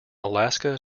alaska